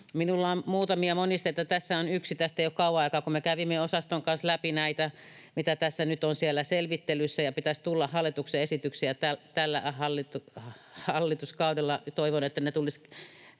minulla on muutamia monisteita ja tässä on yksi. Tästä ei ole kauan aikaa, kun me kävimme osaston kanssa läpi näitä, mitä tässä nyt on siellä selvittelyssä ja mitä hallituksen esityksiä pitäisi tulla tällä hallituskaudella. Toivon, että ne tulisivat